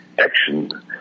action